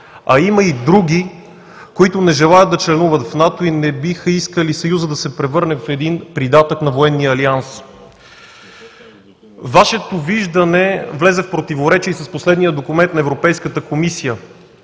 а има и други, които не желаят да членуват в НАТО и не биха искали Съюзът да се превърне в един придатък на военния Алианс. Вашето виждане влезе в противоречие с последния документ на Европейската комисия.